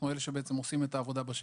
אנחנו עושים את העבודה בשטח.